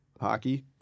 Hockey